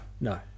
No